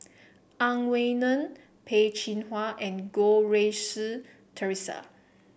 Ang Wei Neng Peh Chin Hua and Goh Rui Si Theresa